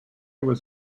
was